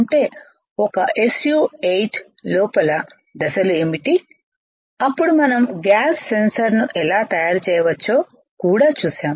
ఒక SU8 లోపల దశలు ఏమిటి అప్పుడు మనం గ్యాస్ సెన్సార్ను ఎలా తయారు చేయవచ్చో కూడా చూశాము